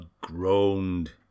groaned